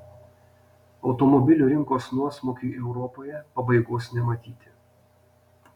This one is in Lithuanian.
automobilių rinkos nuosmukiui europoje pabaigos nematyti